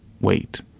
wait